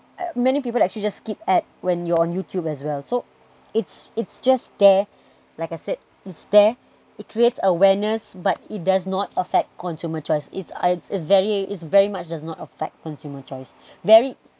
many people actually just skip ads when you're on youtube as well so it's it's just there like I said it's there it creates awareness but it does not affect consumer choice it's I it's very it's very much does not affect consumer choice very